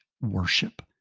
worship